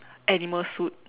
animal suit